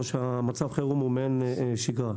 מצבי החירום הם מעין שגרה.